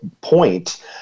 point